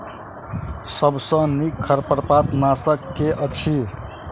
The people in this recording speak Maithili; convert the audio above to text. सबसँ नीक खरपतवार नाशक केँ अछि?